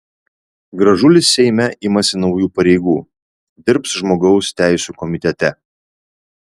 gražulis seime imasi naujų pareigų dirbs žmogaus teisių komitete